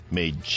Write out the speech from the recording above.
made